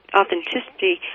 authenticity